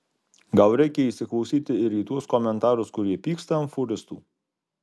gal reikia įsiklausyti ir į tuos komentarus kurie pyksta ant fūristų